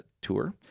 tour